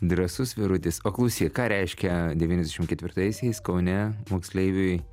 drąsus vyrutis o klausyk ką reiškia devyniasdešimt ketvirtaisiais kaune moksleiviui